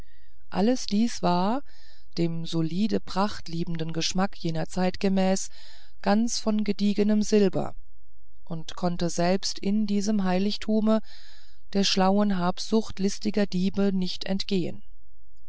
alles dies war dem solide pracht liebenden geschmack jener zeit gemäß ganz von gediegenem silber und konnte selbst in diesem heiligtume der schlauen habsucht listiger diebe nicht entgehen